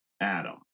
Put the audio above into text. Adam